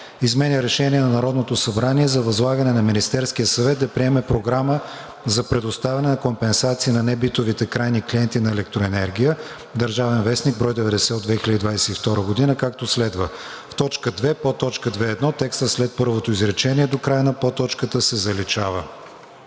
Изменя Решение на Народното събрание за възлагане на Министерския съвет да приеме програма за предоставяне на компенсации на небитовите крайни клиенти на електроенергия (ДВ, бр. 90 от 2022 г.), както следва: В т. 2, подточка 2.1 текстът след първото изречение до края на подточката се заличава.“